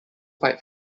fight